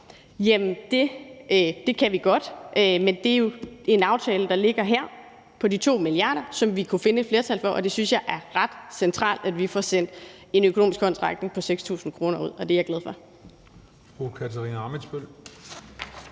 at det kan vi godt, men det er jo en aftale, der ligger her, på de 2 mia. kr., som vi kunne finde et flertal for, og jeg synes, det er ret centralt, at vi får sendt en økonomisk håndsrækning på 6.000 kr. ud, og det er jeg glad for. Kl.